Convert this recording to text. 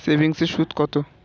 সেভিংসে সুদ কত?